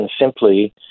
simply